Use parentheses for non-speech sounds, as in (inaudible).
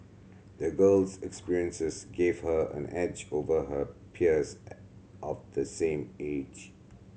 the girl's experiences gave her an edge over her peers (unintelligible) of the same age